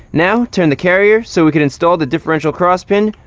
now, turn the carrier so we can install the differential cross pin,